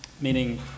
meaning